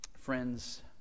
Friends